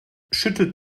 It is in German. schüttelt